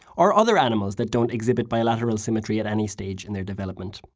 or other animals that don't exhibit bilateral symmetry at any stage in their development.